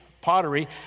pottery